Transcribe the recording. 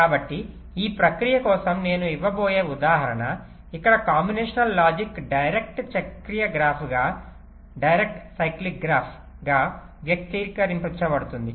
కాబట్టి ఈ ప్రక్రియ కోసం నేను ఇవ్వబోయే ఉదాహరణ ఇక్కడ కాంబినేషన్ లాజిక్ డైరెక్ట్ చక్రీయ గ్రాఫ్గా వ్యక్తీకరించబడుతుంది